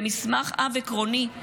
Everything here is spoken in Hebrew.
זה מסמך אב עקרוני,